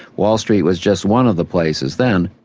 wall street was just one of the places then.